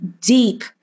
deep